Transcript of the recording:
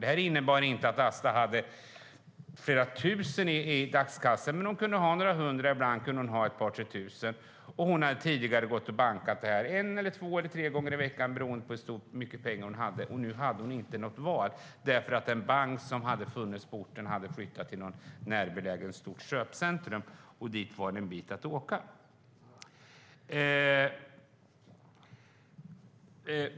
Det innebar inte att Asta hade flera tusen i dagskassor, men hon kunde ha några hundra och ibland ett par tre tusen. Hon hade tidigare gått och bankat detta en, två eller tre gånger i veckan beroende på hur mycket pengar hon hade, men nu hade hon inget val därför att den bank som tidigare fanns på orten hade flyttat till ett närbeläget stort köpcentrum dit det var en bit att åka.